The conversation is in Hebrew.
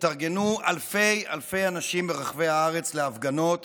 התארגנו אלפי אלפי אנשים ברחבי הארץ להפגנות